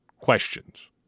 questions